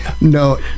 No